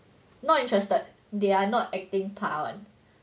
not interested they are not acting part [one]